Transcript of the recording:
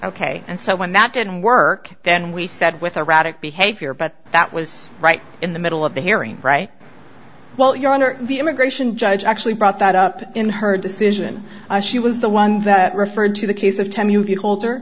ok and so when that didn't work then we said with erratic behavior but that was right in the middle of the hearing right well your honor the immigration judge actually brought that up in her decision she was the one that referred to the case of ten you get older